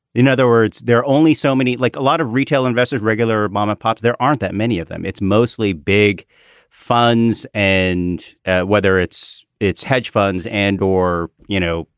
in other words, there are only so many. like a lot of retail investors, regular mom and ah pop. there aren't that many of them. it's mostly big funds. and whether it's it's hedge funds and or, you know,